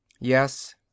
yes